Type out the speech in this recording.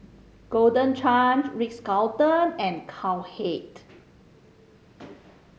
Golden Chance Ritz Carlton and Cowhead